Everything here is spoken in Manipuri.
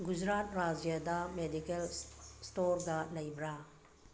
ꯒꯨꯖꯥꯔꯥꯠ ꯔꯥꯖ꯭ꯌꯥꯗ ꯃꯦꯗꯤꯀꯦꯜ ꯁ꯭ꯇꯣꯔꯒ ꯂꯩꯕ꯭ꯔꯥ